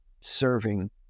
serving